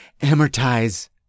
amortize